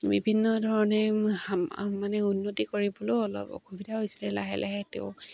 বিভিন্ন ধৰণে মানে উন্নতি কৰিবলৈও অলপ অসুবিধা হৈছিলে লাহে লাহে তেওঁ